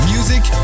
Music